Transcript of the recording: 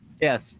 yes